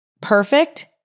perfect